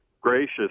gracious